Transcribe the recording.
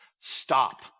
Stop